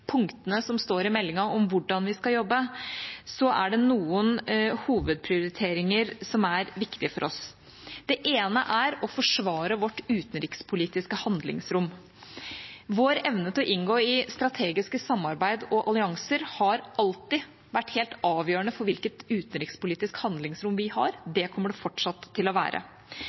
punktene i meldinga om hvordan vi skal jobbe – er det noen hovedprioriteringer som er viktige for oss. Den ene er å forsvare vårt utenrikspolitiske handlingsrom. Vår evne til å inngå i strategiske samarbeid og allianser har alltid vært helt avgjørende for hvilket utenrikspolitisk handlingsrom vi har. Det kommer det fortsatt til å være.